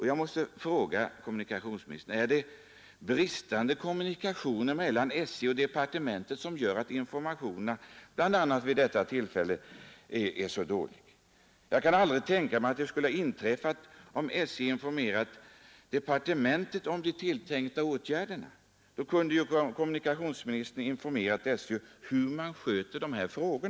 Jag måste fråga kommunikationsministern: Är det bristande kommunikationer mellan SJ och departementet som gör, att informationerna bl.a. vid detta tillfälle varit så dåliga? Jag kan aldrig tänka mig att det skulle ha inträffat, om SJ hade meddelat departementet om de tilltänkta åtgärderna. Då kunde ju departementschefen ha informerat SJ om hur man sköter sådana frågor.